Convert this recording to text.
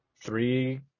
three